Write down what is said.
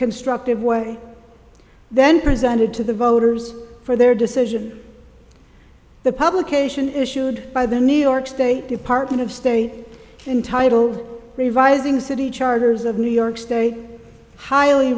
constructive way then presented to the voters for their decision the publication issued by the new york state department of state entitled revising city charters of new york state highly